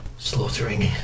Slaughtering